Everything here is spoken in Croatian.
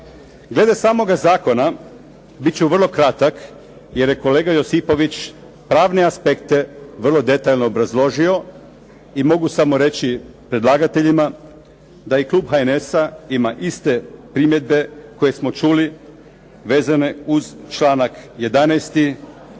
Glede samoga zakona, bit ću vrlo kratak, jer je kolega Josipović pravne aspekte vrlo detaljno obrazložio i mogu samo reći predlagateljima da i klub HNS-a ima iste primjedbe koje smo čuli vezane uz članak 11.,